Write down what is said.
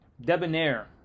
debonair